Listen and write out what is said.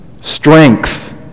strength